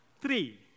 Three